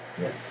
Yes